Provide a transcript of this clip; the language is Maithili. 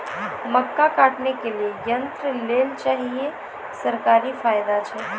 मक्का काटने के लिए यंत्र लेल चाहिए सरकारी फायदा छ?